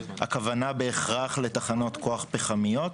הכוונה בהכרח לתחנות כוח פחמיות?